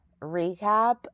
recap